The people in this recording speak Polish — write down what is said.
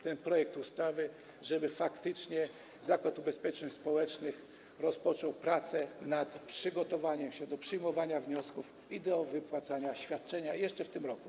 Chodzi o to, żeby faktycznie Zakład Ubezpieczeń Społecznych rozpoczął pracę nad przygotowaniem się do przyjmowania wniosków i do wypłacania świadczenia jeszcze w tym roku.